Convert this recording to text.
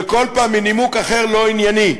וכל פעם מנימוק אחר לא ענייני.